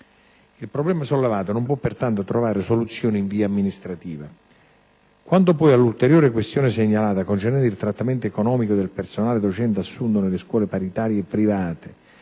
Il problema sollevato non può pertanto trovare soluzione in via amministrativa. Quanto, poi, all'ulteriore questione segnalata, concernente il trattamento economico del personale docente assunto nelle scuole paritarie private,